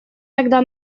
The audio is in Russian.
тогда